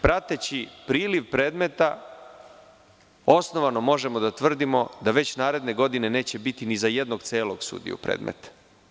Prateći priliv predmeta osnovano možemo da tvrdimo da već naredne godine neće biti ni za jednog celog sudiju predmeta.